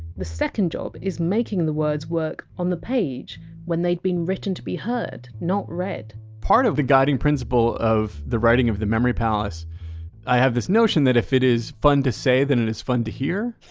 the second job is making the words work on the page when they had been written to be heard, not read part of the guiding principle of the writing of the memory palace i have this notion that if it is fun to say that it is fun to hear,